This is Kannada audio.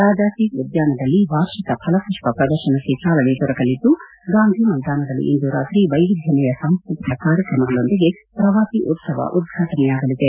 ರಾಜಾಸೀಟ್ ಉದ್ದಾನದಲ್ಲಿ ವಾರ್ಷಿಕ ಫಲಪುಪ್ಪ ಪ್ರದರ್ತನಕ್ಕೆ ಚಾಲನೆ ದೊರಕಲಿದ್ದು ಗಾಂಧಿ ಮೈದಾನದಲ್ಲಿ ಇಂದು ರಾತ್ರಿ ವೈವಿಧ್ಯಮಯ ಸಾಂಸ್ವತಿಕ ಕಾರ್ಯಕ್ರಮಗಳೊಂದಿಗೆ ಪ್ರವಾಸಿ ಉತ್ಸವ ಉದ್ವಾಟನೆಯಾಗಲಿದೆ